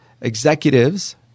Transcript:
executives